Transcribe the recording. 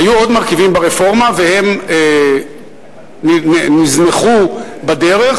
היו עוד מרכיבים ברפורמה והם נזנחו בדרך